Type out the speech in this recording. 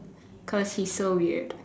cause he's so weird